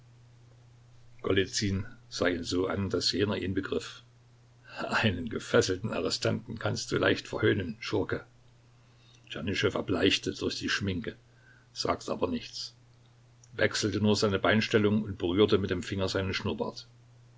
sah ihn so an daß jener ihn begriff einen gefesselten arrestanten kannst du leicht verhöhnen schurke tschernyschow erbleichte durch die schminke sagte aber nichts wechselte nur seine beinstellung und berührte mit den fingern seinen schnurrbart